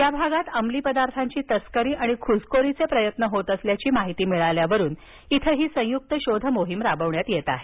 या भागात अमली पदार्थांची तस्करी आणि घुसखोरीचे प्रयत्न होत असल्याची माहिती मिळाल्यावरून इथं ही संयुक्त शोधमोहीम राबविण्यात येत आहे